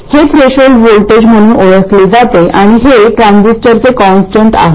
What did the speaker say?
हे threshold voltage म्हणून ओळखले जाते आणि हे ट्रान्झिस्टरचे कॉन्स्टंट आहे